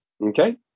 Okay